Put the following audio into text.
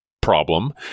problem